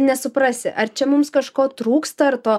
nesuprasi ar čia mums kažko trūksta ar to